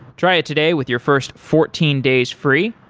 try it today with your first fourteen days free,